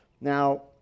Now